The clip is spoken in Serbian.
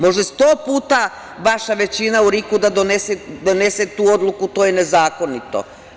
Može sto puta vaša većina u RIK-u da donese tu odluku, to je nezakonito.